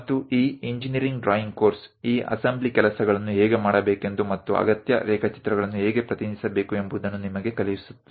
ಮತ್ತು ಈ engineering drawing course ಈ ಅಸೆಂಬ್ಲಿ ಕೆಲಸಗಳನ್ನು ಹೇಗೆ ಮಾಡಬೇಕೆಂದು ಮತ್ತು ಅಗತ್ಯ ರೇಖಾಚಿತ್ರಗಳನ್ನು ಹೇಗೆ ಪ್ರತಿನಿಧಿಸಬೇಕು ಎಂಬುದನ್ನು ನಿಮಗೆ ಕಲಿಸುತ್ತದೆ